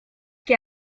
che